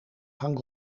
gaan